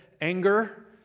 anger